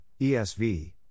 ESV